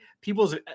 people's